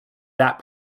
that